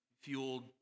fueled